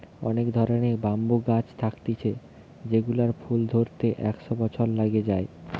অনেক ধরণের ব্যাম্বু গাছ থাকতিছে যেগুলার ফুল ধরতে একশ বছর লাগে যায়